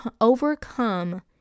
overcome